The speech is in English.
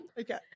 okay